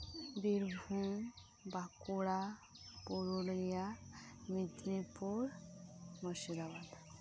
Birbhum Bankura Purulia Medinipur Murshidabad